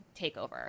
takeover